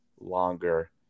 longer